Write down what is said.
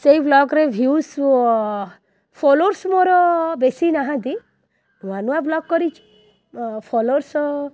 ସେହି ଭ୍ଲଗ୍ରେ views followers ମୋର ବେଶୀ ନାହାନ୍ତି ନୂଆ ନୂଆ ଭ୍ଲଗ୍ କରିଛି ଫୋଲୋର୍ସ୍